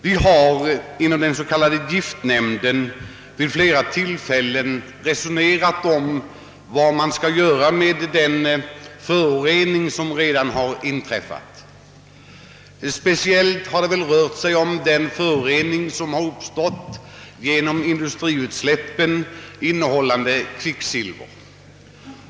Vi har inom den s.k. giftnämnden vid flera tillfällen resonerat om hur vi skall kunna komma till rätta med de föroreningar som redan inträffat. Speciellt har det då gällt den förorening som uppstått genom industriutsläpp som innehåller kvicksilver.